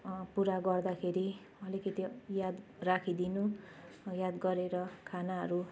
पुरा गर्दाखेरि अलिकति याद राखिदिनु याद गरेर खानाहरू